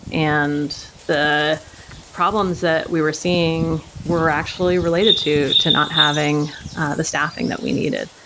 and the problems that we were seeing were actually related to to not having the staffing that we needed.